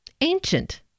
ancient